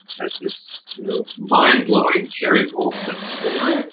as this you know mind-blowing jerry goldsmith score,